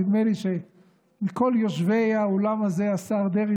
נדמה לי שמכל יושבי האולם הזה השר דרעי